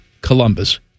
Columbus